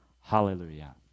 Hallelujah